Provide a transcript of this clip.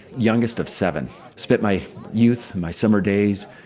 youngest of seven spent my youth, my summer days,